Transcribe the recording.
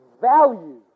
value